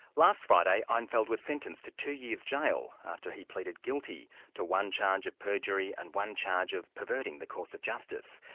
last friday einfeld was sentenced to two years jail after he pleaded guilty to one charge of perjury and one charge of perverting the course of justice,